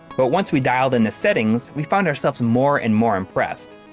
but once we dialed in the settings, we found ourselves more and more impressed.